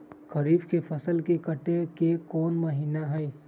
खरीफ के फसल के कटे के कोंन महिना हई?